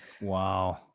Wow